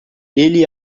ele